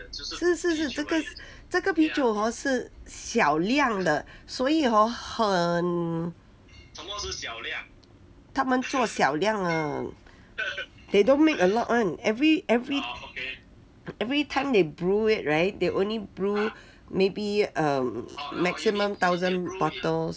是是是这个这个啤酒 hor 是小量的所以 hor 很他们做小量的 they don't make a lot [one] every every every time they brew it [right] they only brew maybe um maximum thousand bottles